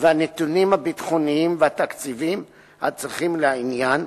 והנתונים הביטחוניים והתקציביים הצריכים לעניין,